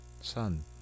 son